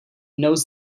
knows